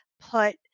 put